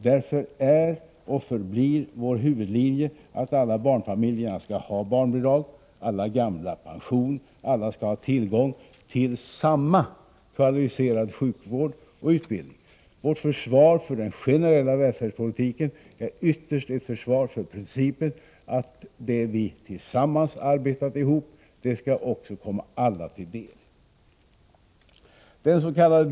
Därför är och förblir vår huvudlinje att alla barnfamiljer skall ha barnbidrag, alla gamla pension, alla skall ha tillgång till samma kvalificerade sjukvård och utbildning. Vårt försvar för den generella välfärdspolitiken är ytterst ett försvar för principen att det vi tillsammans arbetat ihop, det skall också komma alla till del.